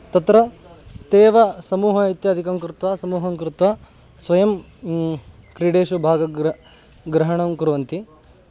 तत्र ते एव समूहः इत्यादिकं कृत्वा समूहं कृत्वा स्वयं क्रीडेषु भागग्र ग्रहणं कुर्वन्ति